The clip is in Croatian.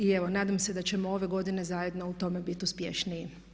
I evo, nadam se da ćemo ove godine zajedno u tome biti uspješniji.